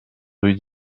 rue